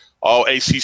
all-ACC